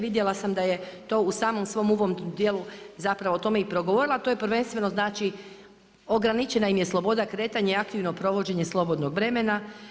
Vidjela sam da je to u samom svom uvodnom dijelu zapravo o tome i progovorila, a to je prvenstveno znači ograničena im je sloboda kretanja i aktivno provođenje slobodnog vremena.